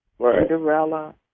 Cinderella